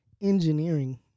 engineering